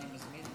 אני מזמין את